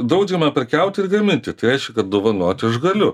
draudžiama prekiauti ir gaminti tai aišku kad dovanoti aš galiu